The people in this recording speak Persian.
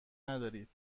ندارید